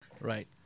Right